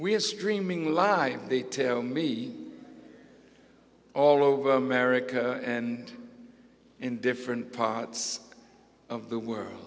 are streaming live they tell me all over america and in different parts of the world